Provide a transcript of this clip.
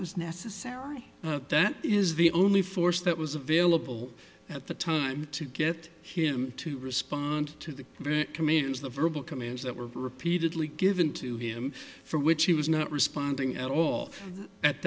was necessary that is the only force that was available at the time to get him to respond to the comedians the verbal commands that were repeatedly given to him for which he was not responding at all at that